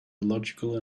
illogical